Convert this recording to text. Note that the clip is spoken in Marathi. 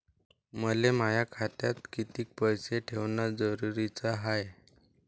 मले माया खात्यात कितीक पैसे ठेवण जरुरीच हाय?